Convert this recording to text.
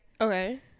Okay